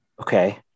Okay